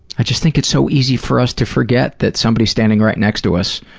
i just think it's so easy for us to forget that somebody standing right next to us